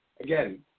Again